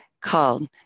called